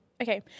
Okay